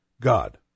God